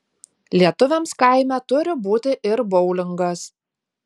lietuviams kaime turi būti ir boulingas